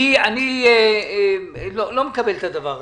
אני לא מקבל את הדבר הזה.